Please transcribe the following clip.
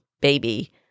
baby